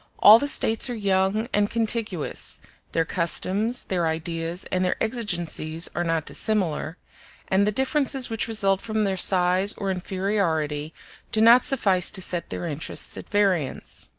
all the states are young and contiguous their customs, their ideas, and their exigencies are not dissimilar and the differences which result from their size or inferiority do not suffice to set their interests at variance.